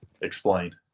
Explain